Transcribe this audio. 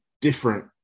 Different